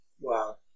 wow